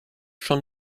schon